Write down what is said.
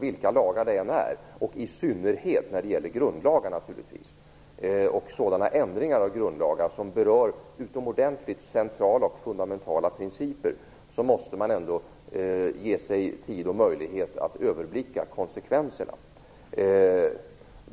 Vilka lagar det än är fråga om, och i synnerhet grundlagar och sådana ändringar av grundlagar som berör utomordentligt centrala och fundamentala principer, måste man ge sig tid och möjlighet att överblicka konsekvenserna.